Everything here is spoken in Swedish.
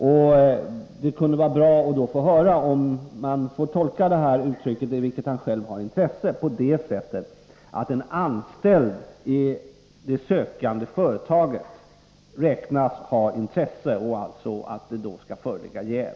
Det kunde därför vara bra att få höra om man får tolka uttrycket ”i vilket han själv har intresse” på det sättet att en anställd i det sökande företaget anses ha intresse, så att det då föreligger jäv.